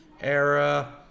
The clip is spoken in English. era